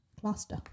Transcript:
cluster